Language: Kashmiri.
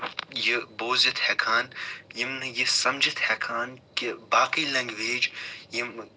یہِ بوٗزِتھ ہٮ۪کہٕ ہَن یِم نہٕ یہِ سَمجِتھ ہٮ۪کہٕ ہن کہِ باقٕے لنگویج یِمہٕ